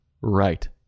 right